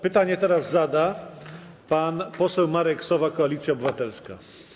Pytanie zada pan poseł Marek Sowa, Koalicja Obywatelska.